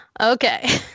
Okay